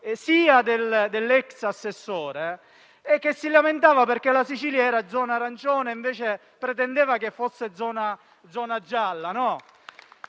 2020 dell'ex assessore, che si lamentava perché la Sicilia era in zona arancione e pretendeva che fosse in zona gialla.